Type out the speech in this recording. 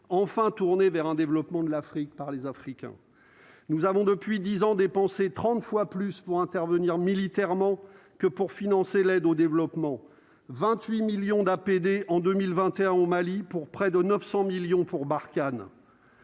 enfin tourné vers un développement de l'Afrique par les Africains nous avons depuis 10 ans dépensé 30 fois plus pour intervenir militairement que pour financer l'aide au développement 28 millions d'APD en 2021 au Mali pour près de 900 millions pour Barkhane.